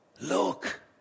look